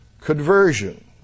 conversion